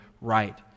right